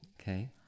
Okay